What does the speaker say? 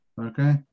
Okay